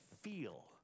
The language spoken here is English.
feel